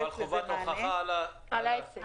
אבל חובת הוכחה על העסק.